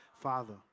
Father